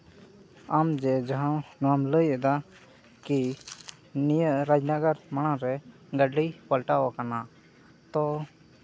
ᱟᱢ ᱡᱮ ᱡᱟᱦᱟᱸ ᱱᱚᱣᱟᱢ ᱞᱟᱹᱭ ᱮᱫᱟ ᱠᱤ ᱱᱤᱭᱟᱹ ᱨᱟᱡᱽᱱᱚᱜᱚᱨ ᱢᱟᱲᱟᱝ ᱨᱮ ᱜᱟᱹᱰᱤ ᱯᱟᱞᱴᱟᱣ ᱟᱠᱟᱱᱟ ᱛᱚ